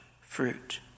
fruit